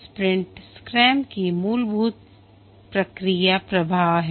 sprint scrum की मूलभूत प्रक्रिया प्रवाह है